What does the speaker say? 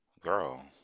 girl